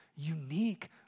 unique